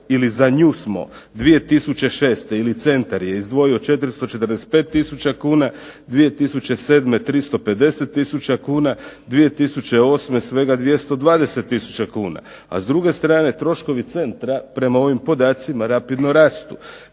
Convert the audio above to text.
ili za nju smo 2006. ili centar je izdvojio 445 tisuća kuna, 2007. 350 tisuća kuna, 2008. svega 220 tisuća kuna. A s druge strane troškovi centra prema ovim podacima rapidno rastu,